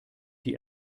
die